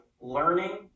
Learning